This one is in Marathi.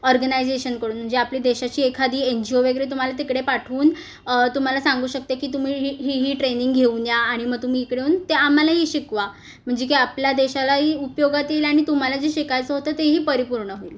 ऑर्गनायझेशनकडून म्हणजे आपली देशाची एखादी एनजीओ वगेरे तुम्हाला तिकडे पाठवून तुम्हाला सांगू शकते की तुम्ही ही ही ही ट्रेनिंग घेऊन या आणि मं तुम्ही इकडे होऊन ते आम्हालाही शिकवा म्हणजे की आपल्या देशालाही उपयोगात येईल आणि तुम्हाला जे शिकायचं होतं तेही परिपूर्ण होईल